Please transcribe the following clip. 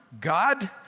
God